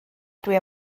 dwi